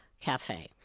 cafe